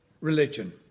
religion